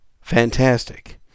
fantastic